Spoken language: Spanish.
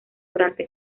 durante